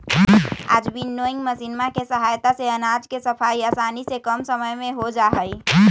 आज विन्नोइंग मशीनवा के सहायता से अनाज के सफाई आसानी से कम समय में हो जाहई